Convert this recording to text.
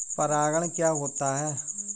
परागण क्या होता है?